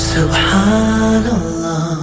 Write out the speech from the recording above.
Subhanallah